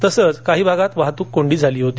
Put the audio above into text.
तसच काही भागात वाहतूक कोंडी झाली होती